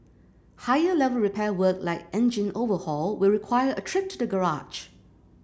higher level repair work like engine overhaul will require a trip to the garage